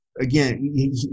again